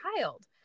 child